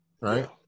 right